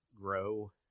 grow